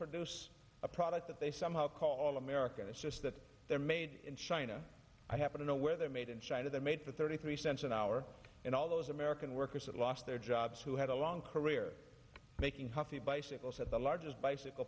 produce a product that they somehow call american it's just that they're made in china i happen to know where they are made in china they are made for thirty three cents an hour and all those american workers lost their jobs who had a long career making healthy bicycles at the largest bicycle